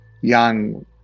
young